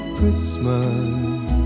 Christmas